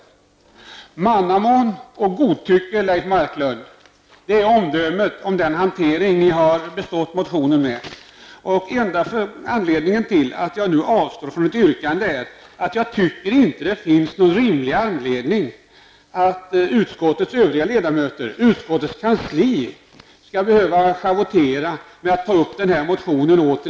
Mannamål och godtycke, Leif Marklund, är omdömet om den hantering som ni har bestått min motion med. Enda anledningen till att jag nu avstår från yrkande är att jag inte tycker att det finns någon rimlig anledning att utskottets övriga ledamöter och utskottets kansli skall behöva schavottera med att ta upp denna motion igen.